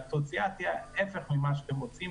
והתוצאה תהיה ההפך ממה שאתם רוצים,